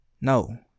No